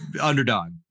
underdog